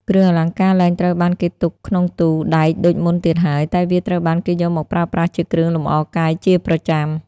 គ្រឿងអលង្ការលែងត្រូវបានគេទុកក្នុងទូដែកដូចមុនទៀតហើយ តែវាត្រូវបានគេយកមកប្រើប្រាស់ជាគ្រឿងលម្អកាយជាប្រចាំ។